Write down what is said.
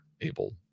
able